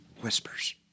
whispers